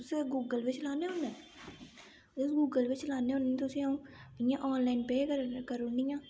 तुस गूगल पे चलाने होन्ने तुस गूगल पे चलाने होन्ने तुसेंगी अ'ऊं इ'यां आनलाइन पे करनी करुनियां